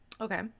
Okay